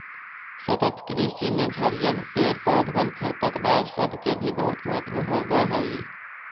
सतत कृषि में झड़िअन, पेड़ पौधबन, खरपतवार सब के भी बहुत महत्व होब हई